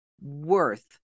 worth